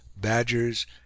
badgers